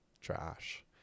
trash